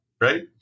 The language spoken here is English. right